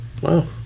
wow